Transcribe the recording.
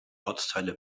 ortsteile